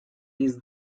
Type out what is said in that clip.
his